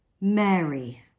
Mary